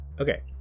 Okay